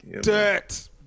dirt